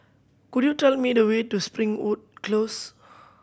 could you tell me the way to Springwood Close